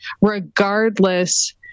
Regardless